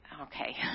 Okay